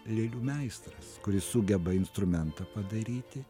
lėlių meistras kuris sugeba instrumentą padaryti